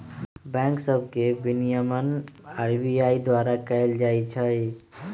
bank सभ के विनियमन आर.बी.आई द्वारा कएल जाइ छइ